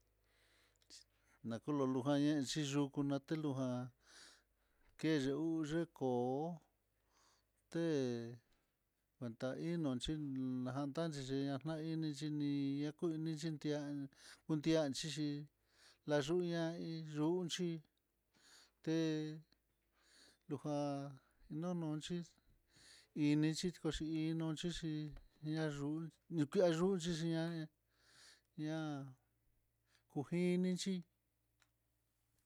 Na kululujan xhi yuku nateluján, keyo'u yokó té kuen ta ino xhina'a, tanxhi xhinana hí ini xhiniá kunixhi ndi'á kudian xhixhi layuna iin yu'ú, unxhi té lujan nunuxhi inixhiko hí nonxhixhi, nayul nikua yunxhixi ñaña ñá kujinichí.